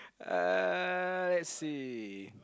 uh let's see